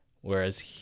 whereas